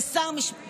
יש שר משפטים,